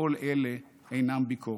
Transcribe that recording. כל אלה אינם ביקורת,